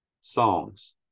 songs